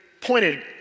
pointed